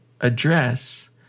address